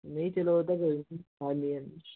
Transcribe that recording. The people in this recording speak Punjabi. ਨਹੀਂ ਚਲੋ ਉਹ ਤਾਂ ਕੋਈ ਨੀ ਹਾਂਜੀ ਹਾਂਜੀ